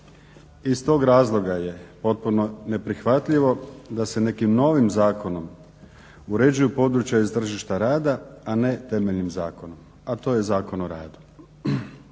iz tog razloga je potpuno neprihvatljivo da se nekim novim zakonom uređuju područja iz tržišta rada, a ne temeljnim zakonom, a to je Zakon o radu.